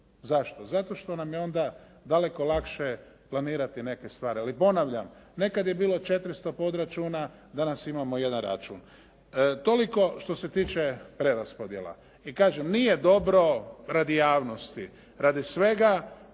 Zašto? Zato što nam je onda daleko lakše planirati neke stvari, ali ponavljam. Nekada je bilo 400 podračuna, danas imamo jedan račun. Toliko što se tiče preraspodjela. I kažem nije dobro radi javnosti, radi svega